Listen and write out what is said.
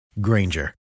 Granger